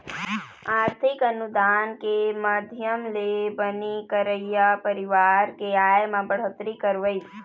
आरथिक अनुदान के माधियम ले बनी करइया परवार के आय म बड़होत्तरी करवई